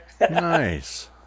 Nice